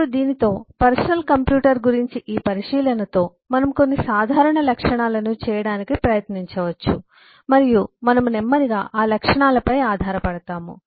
ఇప్పుడు దీనితో personal computer గురించి ఈ పరిశీలనతో మనము కొన్ని సాధారణ లక్షణాలను చేయడానికి ప్రయత్నించవచ్చు మరియు మనము నెమ్మదిగా ఆ లక్షణాలపై ఆధారపడతాము